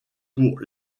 pour